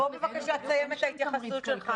בינוי --- בבקשה תסיים את ההתייחסות שלך,